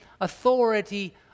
authority